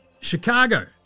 Chicago